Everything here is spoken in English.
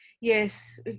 yes